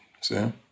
Sam